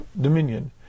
dominion